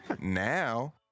Now